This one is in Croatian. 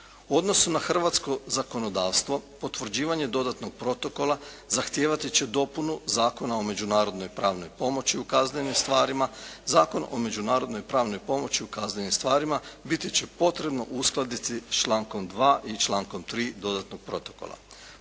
U odnosu na hrvatsko zakonodavstvo potvrđivanje dodatnog protokola zahtijevati će dopunu Zakona o međunarodnoj pravnoj pomoći u kaznenim stvarima. Zakon o međunarodnoj pravnoj pomoći u kaznenim stvarima biti će potrebno uskladiti s člankom 2. i člankom 3. dodatnog protokola.